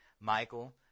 Michael